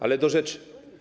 Ale do rzeczy.